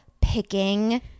picking